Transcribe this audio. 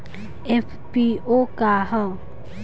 FPO का ह?